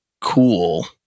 cool